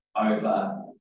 over